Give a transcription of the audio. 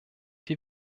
die